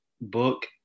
book